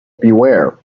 beware